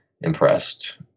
impressed